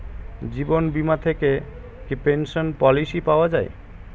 জীবন বীমা থেকে কি পেনশন পলিসি পাওয়া যায়?